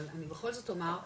אבל אני בכל זאת אומר,